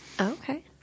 Okay